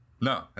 No